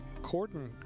Corden